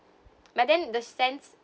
but then the scent